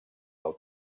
del